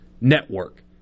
network